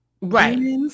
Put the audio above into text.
right